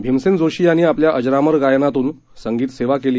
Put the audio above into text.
भीमसेन जोशी यांनी आपल्या अजरामर गायनातून संगीत सेवा केली